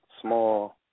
small